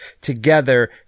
together